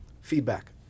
feedback